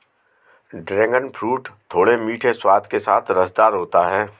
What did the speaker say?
dragon fruit थोड़े मीठे स्वाद के साथ रसदार होता है